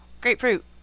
Grapefruit